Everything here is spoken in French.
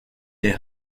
des